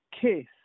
case